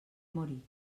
morir